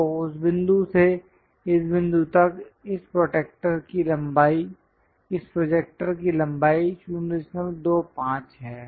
तो उस बिंदु से इस बिंदु तक इस प्रोजेक्टर की लंबाई 025 है